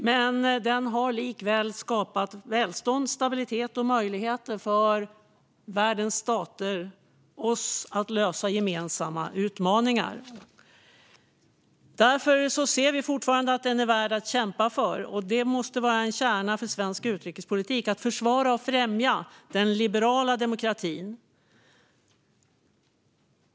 Men den har likväl skapat välstånd, stabilitet och möjligheter för världens stater, för oss, att lösa gemensamma utmaningar. Därför ser vi fortfarande att den är värd att kämpa för, och det måste vara en kärna för svensk utrikespolitik att försvara och främja den liberala demokratin.